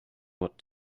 what